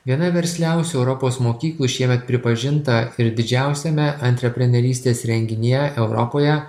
viena versliausių europos mokyklų šiemet pripažinta ir didžiausiame antreprenerystės renginyje europoje